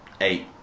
eight